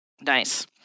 Nice